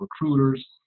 recruiters